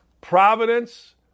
Providence